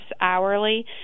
hourly